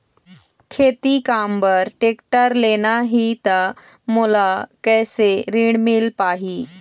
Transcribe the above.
खेती काम बर टेक्टर लेना ही त मोला कैसे ऋण मिल पाही?